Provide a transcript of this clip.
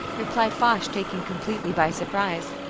replied foch, taken completely by surprise.